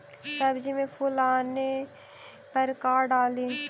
सब्जी मे फूल आने पर का डाली?